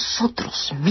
nosotros